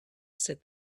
said